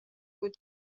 بود